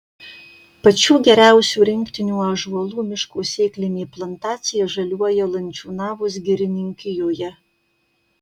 pačių geriausių rinktinių ąžuolų miško sėklinė plantacija žaliuoja lančiūnavos girininkijoje